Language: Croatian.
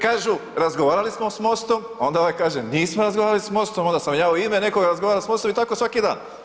Kažu, razgovarali smo s MOST-om, onda ovaj kaže nismo razgovarali s MOST-om, onda sam ja u ime nekoga razgovarao s MOST-om i tako svaki dan.